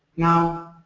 now,